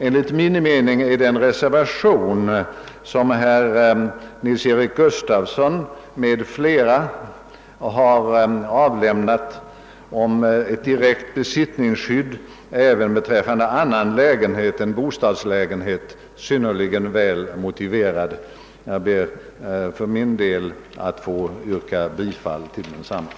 Enligt min mening är den reservation, XIV vid tredje lagutskottets utlåtande nr 50 som herr Nils-Eric Gustafsson m.fl. har avlämnat om ett direkt besittningsskydd även beträffande annan lägenhet än bo stadslägenhet synnerligen väl motiverad. Jag ber därför att få yrka bifall till densamma.